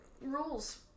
rules